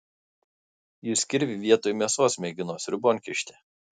jis kirvį vietoj mėsos mėgino sriubon kišti